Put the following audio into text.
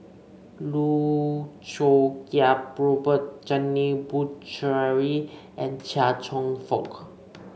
Loh Choo Kiat Robert Janil Puthucheary and Chia Cheong Fook